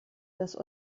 das